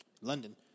London